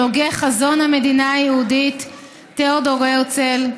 הוגה חזון המדינה היהודית תיאודור הרצל,